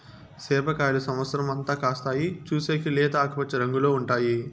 సేప కాయలు సమత్సరం అంతా కాస్తాయి, చూసేకి లేత ఆకుపచ్చ రంగులో ఉంటాయి